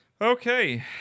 Okay